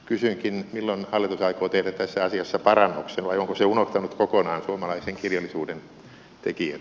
kysynkin milloin hallitus aikoo tehdä tässä asiassa parannuksen vai onko se unohtanut kokonaan suomalaisen kirjallisuuden tekijät